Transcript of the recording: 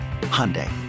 Hyundai